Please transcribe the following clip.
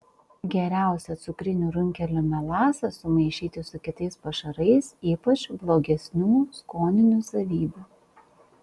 geriausia cukrinių runkelių melasą sumaišyti su kitais pašarais ypač blogesnių skoninių savybių